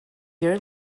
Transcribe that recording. year